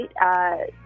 right